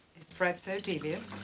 is fred so devious?